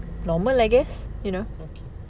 normal I guess you know